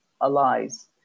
allies